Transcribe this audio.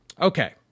Okay